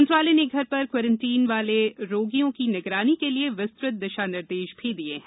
मंत्रालय ने घर पर क्वारेंटाइन वाले रोगियों की निगरानी के लिए विस्तुत दिशानिर्देश भी दिये हैं